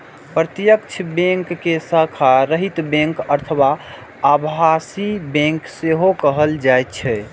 प्रत्यक्ष बैंक कें शाखा रहित बैंक अथवा आभासी बैंक सेहो कहल जाइ छै